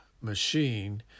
machine